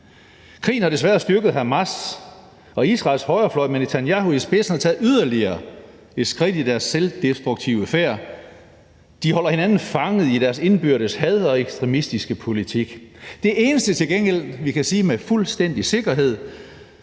Krigen har desværre styrket Hamas, og Israels højrefløj med Netanyahu i spidsen har taget yderligere et skridt i deres selvdestruktive færd. De holder hinanden fanget i deres indbyrdes had og ekstremistiske politik. Det eneste, vi til gengæld kan sige med fuldstændig sikkerhed,